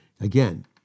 again